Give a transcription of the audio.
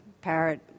parrot